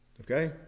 Okay